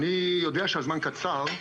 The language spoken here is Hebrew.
אני יודע שהזמן קצר,